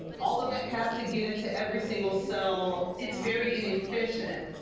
all of that has to get into every single cell. it's very inefficient.